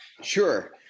Sure